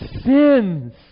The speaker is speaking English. sins